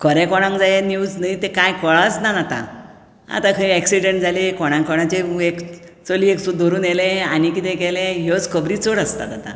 खरें कोणाक जाय न्यूज न्हय तें कळंच ना आतां आतां खंय एक्सीडेंट जाले कोणाक कोणाचे एक चलयेक धरून व्हेलें आनी कितें केलें ह्योच खबरी चड आसतात आतां